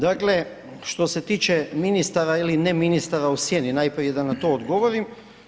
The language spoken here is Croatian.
Dakle, što se tiče ministara ili neministara u sjeni, najprije da na to odgovorim.